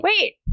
wait